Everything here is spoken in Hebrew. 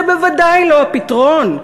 זה בוודאי לא הפתרון,